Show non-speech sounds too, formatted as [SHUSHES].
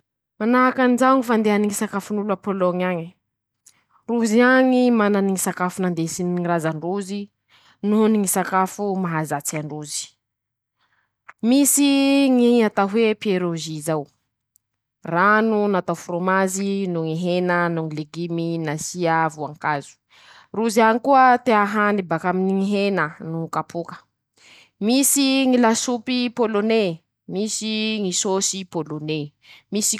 Manahaky anizao ñy fandehany ñy sakafon'olo a Pôlôñy añe: [SHUSHES] -Rozy añy manany ñy sakafo [SHUSHES] nandesiny ñy razan-drozy nohony ñy sakafo mahazatsy an-drozy, [SHUSHES] misy ñy atao hoe Piôrezy zao, rano natao frômazy noho ñy hena noho ñy legimy [SHUSHES] nasia voan-kazo ;rozy añy koa tea hany bakaminy ñy hena noho kàpoka ;misy ñy lasopy Pôlôñé, misy ñy sôsy pôlôñé, misy koa.